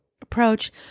approach